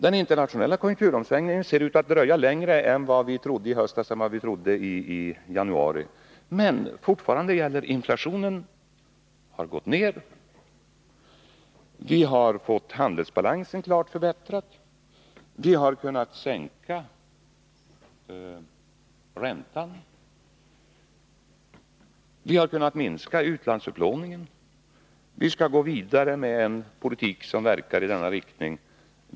Den internationella konjunkturomsvängningen ser ut att dröja längre än vad vi trodde i höstas och vad vi trodde i januari. Men fortfarande gäller att inflationen har gått ner, att vi har fått handelsbalansen klart förbättrad, att vi har kunnat sänka räntan, att vi har kunnat minska utlandsupplåningen. Vi skall gå vidare med en politik som verkar i denna riktning.